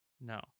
no